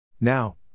Now